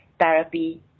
Therapy